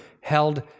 held